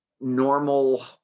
normal